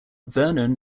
vernon